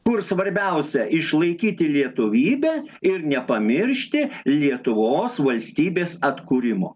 kur svarbiausia išlaikyti lietuvybę ir nepamiršti lietuvos valstybės atkūrimo